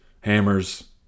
hammers